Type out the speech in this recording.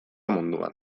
munduan